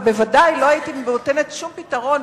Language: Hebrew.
אבל בוודאי לא הייתי נותנת שום פתרון